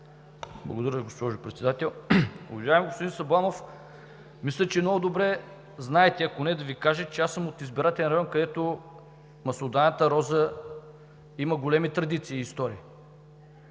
Уважаеми господин Сабанов, мисля, че много добре знаете, а ако не, да Ви кажа, че аз съм от избирателен район, където маслодайната роза има големи традиции и история.